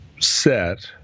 set